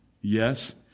Yes